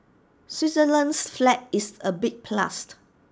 Switzerland's flag is A big plus